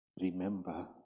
remember